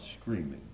screaming